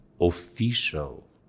official